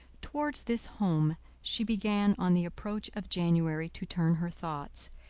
towards this home, she began on the approach of january to turn her thoughts,